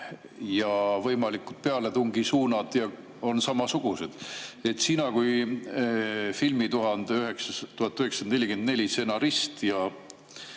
ja võimalikud pealetungisuunad on samasugused. Sina kui filmi "1944" stsenarist ja